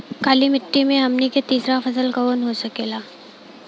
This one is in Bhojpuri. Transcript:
काली मिट्टी में हमनी के तीसरा फसल कवन हो सकेला?